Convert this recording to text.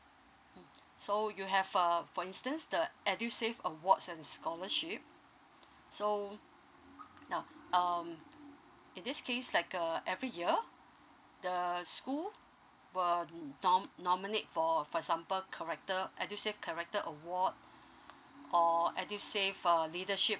mm so you have uh for instance the edusave awards and scholarship so now um in this case like uh every year the school will nom~ nominate for for example corrector edusave corrector award or edusave err leadership